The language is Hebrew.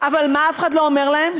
אבל מה אף אחד לא אומר להם?